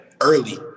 early